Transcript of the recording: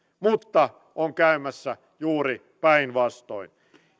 mutta on käymässä juuri päinvastoin